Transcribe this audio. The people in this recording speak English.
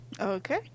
Okay